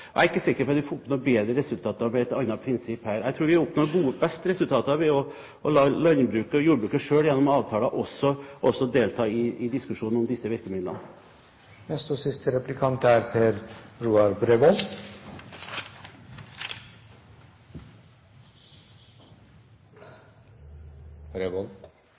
Jeg er ikke sikker på at man får opp noe bedre resultat med et annet prinsipp her. Jeg tror vi oppnår best resultater ved å la landbruket og jordbruket selv gjennom avtaler også delta i diskusjonen om disse virkemidlene. Jeg tror Nationen av 27. mai i år er